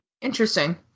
Interesting